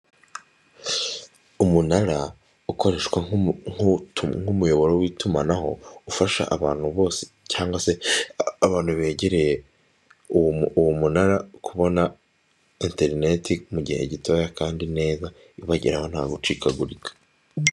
Umunara ukoreshwa nk'umuyoboro w'itumanaho ufasha abantu bose cyangwa se abantu begereye uwo munara kubona interineti mu gihe gitoya kandi neza, ibageraho nta gucikagurika.